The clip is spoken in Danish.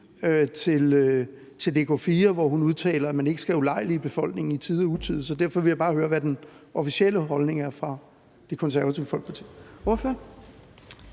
til dk4, hvor hun udtaler, at man ikke skal ulejlige befolkningen i tide og utide. Så derfor vil jeg bare høre, hvad den officielle holdning er fra Det Konservative Folkeparti.